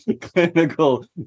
clinical